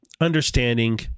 understanding